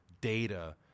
data